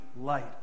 light